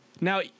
Now